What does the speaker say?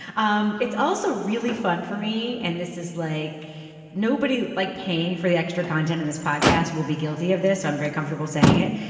um it's also really fun for me. and this is like nobody like paying for the extra content in this podcast will be guilty of this. i'm very comfortable saying it.